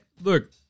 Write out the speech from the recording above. look